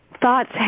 Thoughts